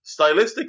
Stylistically